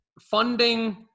funding